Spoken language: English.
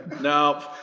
no